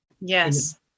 Yes